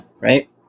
Right